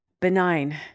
benign